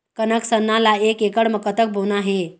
कनक सरना ला एक एकड़ म कतक बोना हे?